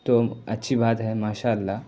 تو اچھی بات ہے ماشاء اللہ